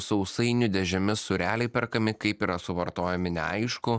sausainių dėžėmis sūreliai perkami kaip yra suvartojami neaišku